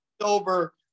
over